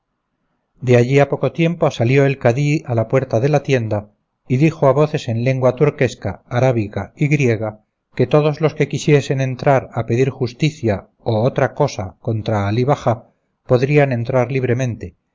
de allí a poco tiempo salió el cadí a la puerta de la tienda y dijo a voces en lengua turquesca arábiga y griega que todos los que quisiesen entrar a pedir justicia o otra cosa contra alí bajá podrían entrar libremente